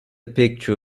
picture